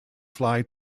fly